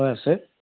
হয় আছে